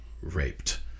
raped